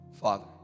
father